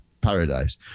paradise